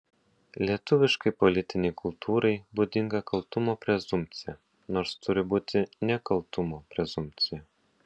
lietuviškai politinei kultūrai būdinga kaltumo prezumpcija nors turi būti nekaltumo prezumpcija